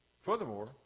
Furthermore